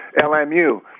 LMU